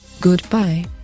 Goodbye